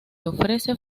ofrece